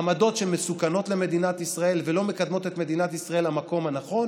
עמדות שמסוכנות למדינת ישראל ולא מקדמות את מדינת ישראל למקום הנכון.